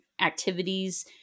activities